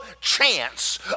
chance